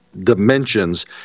dimensions